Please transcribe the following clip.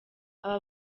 aba